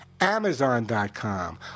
Amazon.com